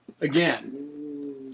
Again